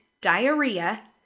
diarrhea